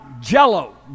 jello